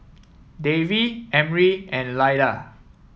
Davy Emry and Lyda